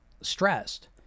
stressed